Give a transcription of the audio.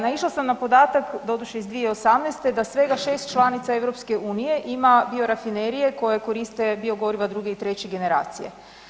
Naišla sam na podatak, doduše iz 2018. da svega 6 članica EU ima biorafinerije koje koriste biogoriva druge i treće generacije.